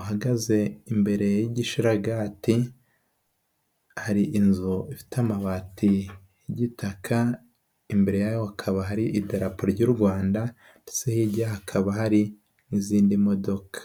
uhagaze imbere y'igisharagati, hari inzu ifite amabati y'igitaka, imbere yabo hakaba hari idarapo ry'u Rwanda ndetse hirya hakaba hari n'izindi modoka.